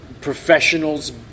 professionals